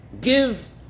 Give